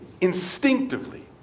instinctively